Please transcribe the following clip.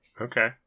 Okay